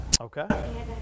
Okay